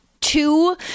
two